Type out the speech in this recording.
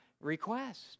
request